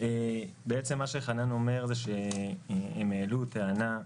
בעצם מה שחנן אומר זה שהם העלו טענה,